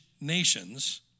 nations